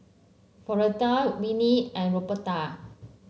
Floretta Winnie and Roberta